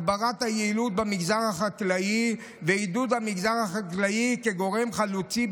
הגברת היעילות במגזר החקלאי ועידוד המגזר החקלאי כגורם חלוצי,